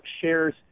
shares